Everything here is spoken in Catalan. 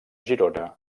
girona